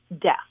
death